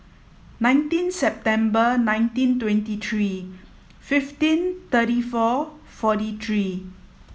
nineteen September nineteen twenty three fifteen thirty four forty three